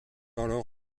alors